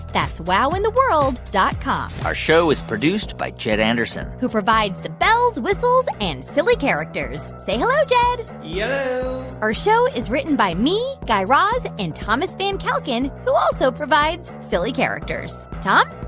that's wowintheworld dot com our show is produced by jed anderson who provides the bells, whistles and silly characters. say hello, jed yello yeah our show is written by me, guy raz and thomas van kalken, who also provides silly characters. tom?